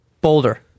Boulder